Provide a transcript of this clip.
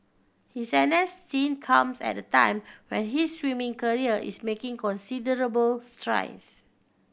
his N S stint comes at a time when his swimming career is making considerable strides